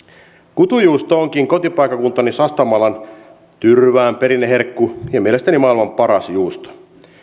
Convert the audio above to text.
kutunjuusto onkin kotipaikkakuntani sastamalan tyrvään perinneherkku ja mielestäni maailman paras juusto